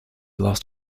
lost